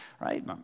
right